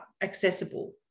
accessible